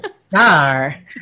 star